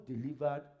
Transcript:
delivered